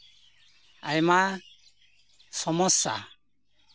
ᱟᱭᱢᱟ ᱥᱚᱢᱚᱥᱥᱟ